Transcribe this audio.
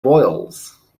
boils